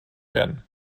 werden